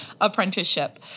apprenticeship